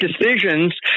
decisions